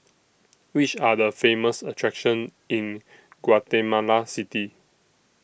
Which Are The Famous attractions in Guatemala City